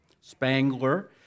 Spangler